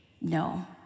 No